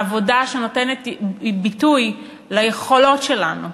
העבודה, שנותנת ביטוי ליכולות שלנו,